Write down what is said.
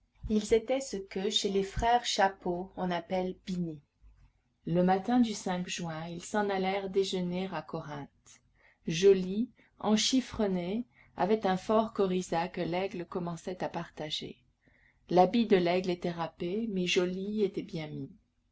ils étaient ce que chez les frères chapeaux on appelle bini le matin du juin ils s'en allèrent déjeuner à corinthe joly enchifrené avait un fort coryza que laigle commençait à partager l'habit de laigle était râpé mais joly était bien mis